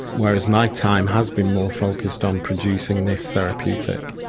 whereas my time has been more focused on producing this therapeutic.